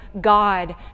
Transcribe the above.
God